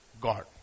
God